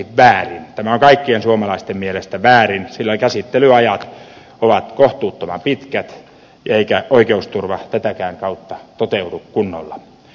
tämä on kaikkien suomalaisten mielestä väärin sillä käsittelyajat ovat kohtuuttoman pitkät eikä oikeusturva tätäkään kautta toteudu kunnolla